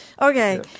Okay